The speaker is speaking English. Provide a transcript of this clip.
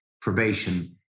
probation